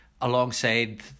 alongside